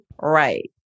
right